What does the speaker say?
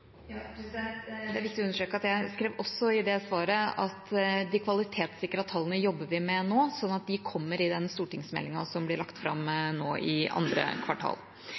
det arbeidet? Det er viktig å understreke at jeg i det svaret også skrev at vi nå jobber med de kvalitetssikrede tallene, og at de kommer i den stortingsmeldingen som